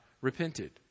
repented